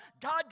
God